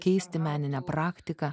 keisti meninę praktiką